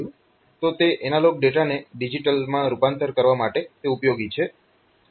તો તે એનાલોગ ડેટાને ડિજીટલમાં રૂપાંતર કરવા માટે તેઓ ઉપયોગી છે